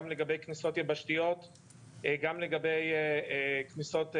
גם לגבי כניסות יבשתיות,